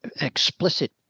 Explicit –